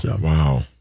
Wow